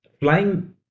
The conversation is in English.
flying